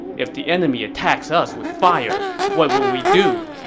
if the enemy attacks us with fire, what would we do?